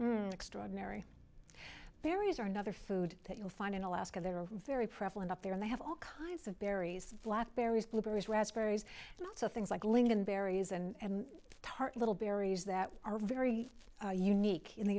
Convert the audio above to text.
me extraordinary berries are another food that you'll find in alaska there are very prevalent out there and they have all kinds of berries black berries blueberries raspberries and lots of things like lingonberries and tart little berries that are very unique in the